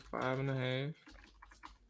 Five-and-a-half